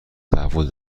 تحول